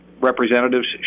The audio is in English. representatives